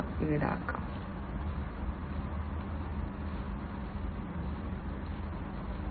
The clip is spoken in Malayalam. അതിനാൽ ഉദാഹരണത്തിന് IoT യിലെ സ്മാർട്ട് എനർജി സ്മാർട്ട് എനർജി ഇത് ആസ്തി പങ്കിടൽ മോഡലിന്റെ ഒരു ഉദാഹരണമാണ്